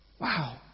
Wow